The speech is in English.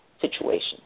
situation